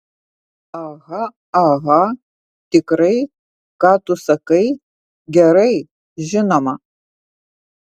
aha aha tikrai ką tu sakai gerai žinoma